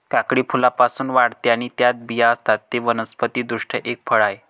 काकडी फुलांपासून वाढते आणि त्यात बिया असतात, ते वनस्पति दृष्ट्या एक फळ आहे